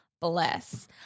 bless